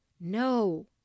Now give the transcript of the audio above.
No